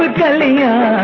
kaliya